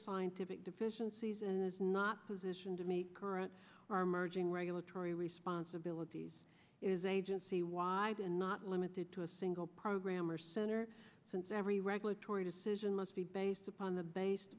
scientific deficiencies and is not positioned to meet current are merging regulatory responsibilities is agency wide and not limited to a single program or center since every regulatory decision must be based upon the base